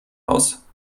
aus